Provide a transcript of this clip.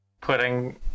putting